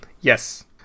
Yes